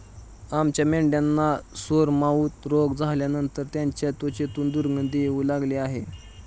आमच्या मेंढ्यांना सोरमाउथ रोग झाल्यानंतर त्यांच्या त्वचेतून दुर्गंधी येऊ लागली आहे